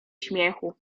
śmiechu